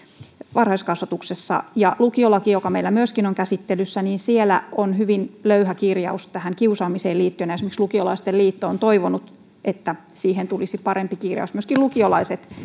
varhaiskasvatuksessa lukiolaissa joka meillä myöskin on käsittelyssä on hyvin löyhä kirjaus kiusaamiseen liittyen ja esimerkiksi lukiolaisten liitto on toivonut että siihen tulisi parempi kirjaus myöskin lukiolaiset